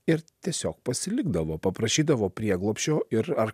ir tiesiog pasilikdavo paprašydavo prieglobsčio ir ar